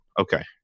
okay